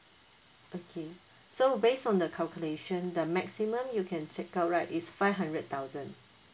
okay so based on the calculation the maximum you can take up right is five hundred thousand